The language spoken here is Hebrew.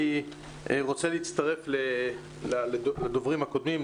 אני רוצה להצטרף לדוברים הקודמים,